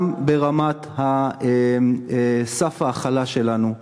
גם ברמת סף ההכלה שלנו.